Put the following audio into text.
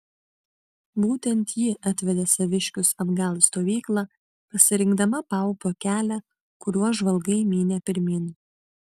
būtent ji atvedė saviškius atgal į stovyklą pasirinkdama paupio kelią kuriuo žvalgai mynė pirmyn